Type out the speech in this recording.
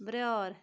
بیٲر